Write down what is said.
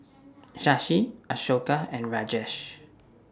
Shashi Ashoka and Rajesh